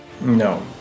No